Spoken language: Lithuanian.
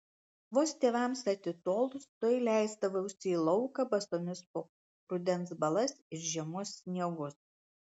vos tėvams atitolus tuoj leisdavausi į lauką basomis po rudens balas ir žiemos sniegus